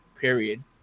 period